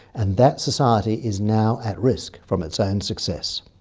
and that society is now at risk from its own success.